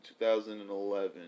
2011